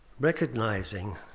recognizing